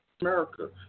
America